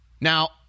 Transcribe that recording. now